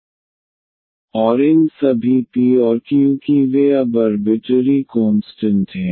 yeαxp1p2xprxr 1cos βx q1q2xqrxr 1sin βx और इन सभी p और q की वे अब अर्बिटरी कोंस्टंट हैं